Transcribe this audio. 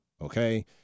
okay